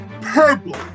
purple